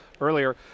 earlier